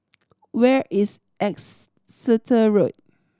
where is Exeter Road